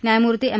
न्यायमूर्ती एम